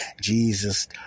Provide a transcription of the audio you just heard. Jesus